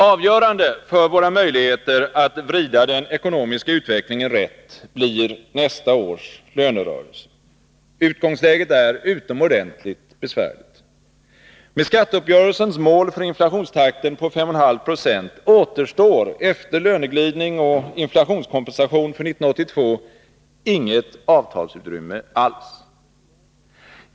Avgörande för våra möjligheter att vrida den ekonomiska utvecklingen rätt blir nästa års lönerörelse. Utgångsläget är utomordentligt besvärligt. Med skatteuppgörelsens mål för inflationstakten, 5,5 70, återstår efter löneglidning och inflationskompensation för 1982 inget avtalsutrymme alls.